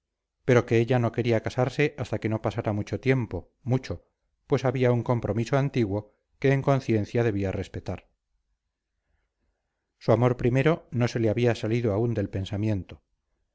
pero que ella no quería casarse hasta que no pasara mucho tiempo mucho pues había un compromiso antiguo que en conciencia debía respetar su amor primero no se le había salido aún del pensamiento